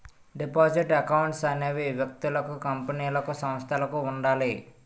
deposit accounts అనేవి వ్యక్తులకు కంపెనీలకు సంస్థలకు ఉండాలి